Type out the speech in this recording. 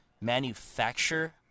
manufacture